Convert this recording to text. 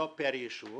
לא פר יישוב